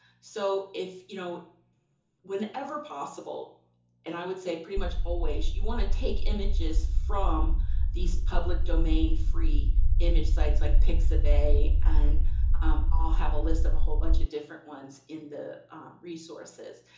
so if, you know whenever possible and i would say pretty much always, you want to take images from these public domain free image sites like pixabay, and um i'll have a list of a whole bunch of different ones in the resources.